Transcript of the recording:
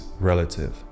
relative